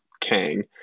Kang